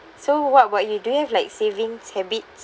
so what about you do you have like savings habits